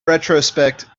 retrospect